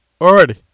already